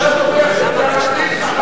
שלא מוצאים,